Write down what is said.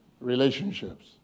Relationships